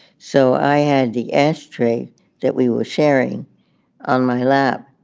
so i had the ashtray that we were sharing on my lap.